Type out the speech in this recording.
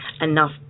enough